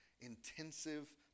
intensive